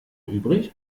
übrig